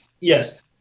yes